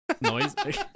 noise